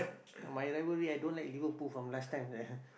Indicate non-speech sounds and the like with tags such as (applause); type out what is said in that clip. my rivalry I don't like Liverpool from last time (laughs)